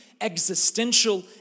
existential